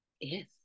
yes